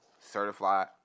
certified